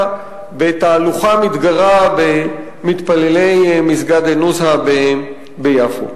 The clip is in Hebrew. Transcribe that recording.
בתהלוכה מתגרה במתפללי מסגד אל-נוזהא ביפו.